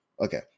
Okay